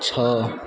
ଛଅ